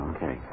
Okay